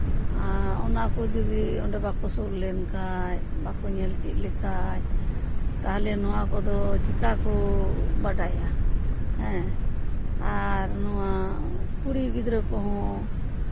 ᱚᱱᱟ ᱠᱚ ᱡᱩᱫᱤ ᱚᱸᱰᱮ ᱵᱟᱠᱚ ᱥᱩᱨ ᱞᱮᱱᱠᱷᱟᱡ ᱵᱟᱠᱚ ᱧᱮᱞ ᱪᱮᱫ ᱞᱮᱠᱷᱟᱡ ᱛᱟᱦᱞᱮ ᱱᱚᱣᱟ ᱠᱚᱫᱚ ᱪᱤᱠᱟ ᱠᱚ ᱵᱟᱰᱟᱭᱟ ᱦᱮᱸ ᱟᱨ ᱱᱚᱣᱟ ᱠᱩᱲᱤ ᱜᱤᱫᱽᱨᱟᱹ ᱠᱚᱦᱚᱸ